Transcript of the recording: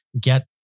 get